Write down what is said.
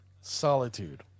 Solitude